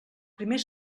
primer